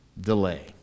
delay